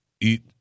eat